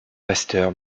pasteur